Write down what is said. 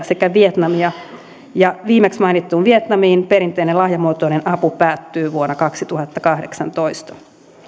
sekä vietnamia ja viimeksi mainittuun vietnamiin perinteinen lahjamuotoinen apu päättyy vuonna kaksituhattakahdeksantoista